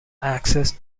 access